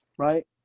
Right